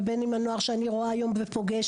ובין אם הנוער שאני רואה היום ופוגשת,